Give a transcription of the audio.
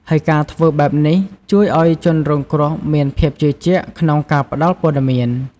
ហើយការធ្វើបែបនេះ ជួយឲ្យជនរងគ្រោះមានភាពជឿជាក់ក្នុងការផ្ដល់ព័ត៌មាន។